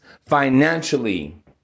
financially